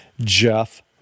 Jeff